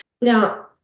Now